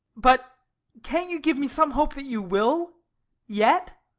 but can't you give me some hope that you will yet?